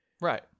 Right